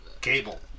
cable